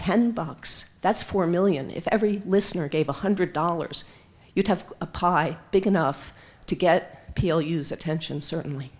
ten bucks that's four million if every listener gave one hundred dollars you'd have a pot big enough to get people use attention certainly